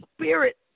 spirit